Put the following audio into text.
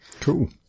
Cool